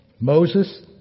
Moses